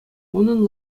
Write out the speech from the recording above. унӑн